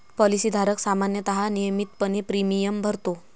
policy धारक सामान्यतः नियमितपणे प्रीमियम भरतो